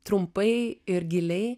trumpai ir giliai